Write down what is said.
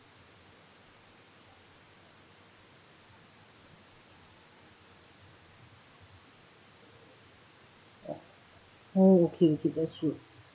oh okay okay that's good